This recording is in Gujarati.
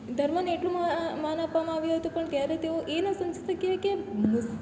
ધર્મને એટલું માન આપવામાં આવ્યું હતું પણ ત્યારે તેઓ એ ના સમજી શક્યા કે